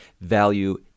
value